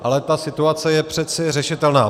Ale ta situace je přece řešitelná.